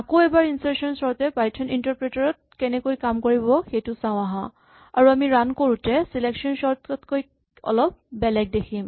আকৌ এবাৰ insertion sort এ পাইথন ইন্টাৰপ্ৰেটাৰ ত কেনেকৈ কাম কৰিব সেইটো চাওঁ আহাঁ আৰু আমি ৰান কৰোঁতে চিলেকচন চৰ্ট তকৈ অলপ বেলেগ দেখিম